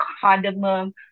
cardamom